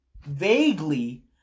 vaguely